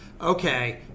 okay